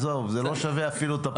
עזוב, זה לא שווה אפילו את הפרוטוקול.